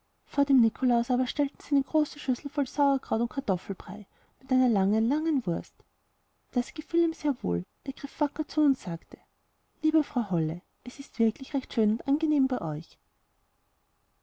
vor den nikolaus aber stellten sie eine große schüssel voll sauerkraut und kartoffelbrei mit einer langen langen wurst das gefiel ihm sehr wohl er griff wacker zu und sagte liebe frau holle es ist wirklich recht schön und angenehm bei euch